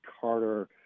Carter